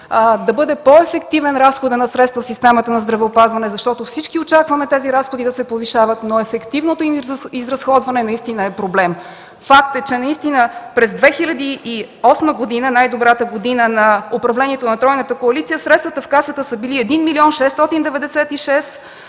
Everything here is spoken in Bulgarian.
да бъде по-ефективен разходът на средства в системата на здравеопазването, защото всички очакваме тези разходи да се повишават, но ефективното им изразходване наистина е проблем? Факт е, че през 2008 г. – най-добрата година на управлението на тройната коалиция, средствата в Касата са били 1 млрд. 696 млн.